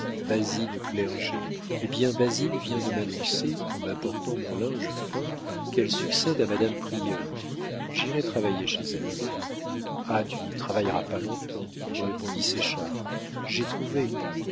basine clerget eh bien basine vient de m'annoncer en m'apportant mon linge fin qu'elle succède à madame prieur j'irai travailler chez elle ah tu n'y travailleras pas long-temps répondit séchard j'ai trouvé